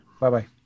Bye-bye